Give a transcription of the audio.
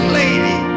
lady